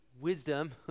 wisdom